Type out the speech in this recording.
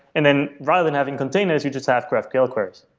and then rather than having containers, you just have graphql cords.